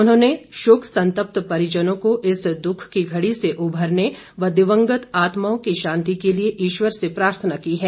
उन्होंने शोक संत्पत परिजनों को इस दुख की घड़ी से उभरने व दिवंगत आत्माओं की शांति के लिए ईश्वर से प्रार्थना की है